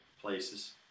places